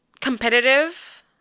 competitive